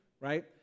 right